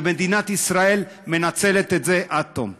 ומדינת ישראל מנצלת את זה עד תום.